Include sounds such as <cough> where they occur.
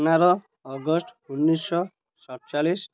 <unintelligible> August ଉଣେଇଶିଶହ ସତଚାଳିଶି